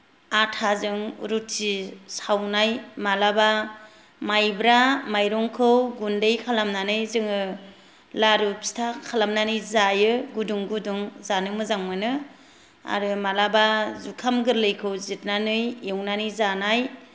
आथाजों रुटि सावनाय मालाबा मायब्रा मायरंखौ गुन्दै खालामनानै जोङो लारु फिथा खालामनानै जायो गुदुं गुदुं जानो मोजां मोनो आरो मालाबा जुखाम गोरलैखौ जिरनानै एवनानै जानाय